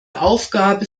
aufgabe